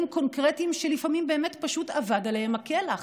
קונקרטיים שלפעמים פשוט אבד עליהם כלח?